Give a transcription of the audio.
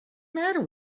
matter